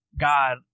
God